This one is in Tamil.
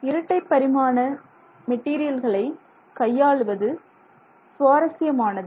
இரட்டை பரிமாண மெட்டீரியல்களை கையாளுவது சுவாரஸ்யமானது